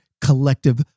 collective